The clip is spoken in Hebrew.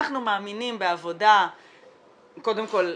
אנחנו מאמינים בעבודה קודם כול,